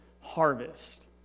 harvest